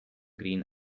green